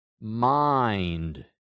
mind